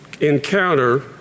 encounter